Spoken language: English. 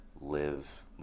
live